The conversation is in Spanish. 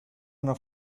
una